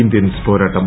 Indians പോരാട്ടം